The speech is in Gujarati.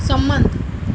સંમત